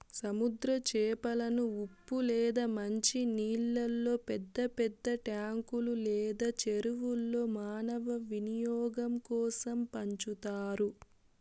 సముద్రపు చేపలను ఉప్పు లేదా మంచి నీళ్ళల్లో పెద్ద పెద్ద ట్యాంకులు లేదా చెరువుల్లో మానవ వినియోగం కోసం పెంచుతారు